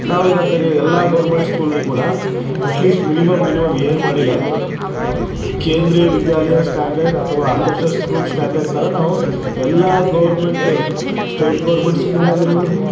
ನಾವು ಏನಂತೇರಿ ಎಲ್ಲ ಗೋರ್ಮೆಂಟ್ ಸ್ಕೂಲ್ನು ಕೂಡ ಅಟ್ಲೀಸ್ಟ್ ಮಿನಿಮಮ್ ಮಿನಿಮಮ್ ಏನು ಮಾಡಲಿಲ್ಲ ಅಂದರು ಕೇಂದ್ರೀಯ ವಿದ್ಯಾಲಯ ಸ್ಟ್ಯಾಂಡರ್ಡ್ ಅಥವಾ ಆದರ್ಶ ಸ್ಕೂಲ್ ಸ್ಟ್ಯಾಂಡರ್ಡ್ ಥರ ನಾವು ಎಲ್ಲ ಗೊರ್ಮೆಂಟ್ ಸ್ಟೇಟ್ ಗೋರ್ಮೆಂಟ್ ಸ್ಕೂಲ್ ಆಗಿರ್ಬೋದು